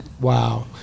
Wow